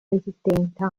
resistenza